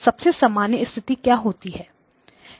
सबसे सामान्य स्थिति क्या होती है